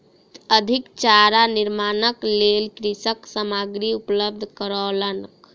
अधिक चारा निर्माणक लेल कृषक सामग्री उपलब्ध करौलक